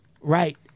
Right